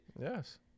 Yes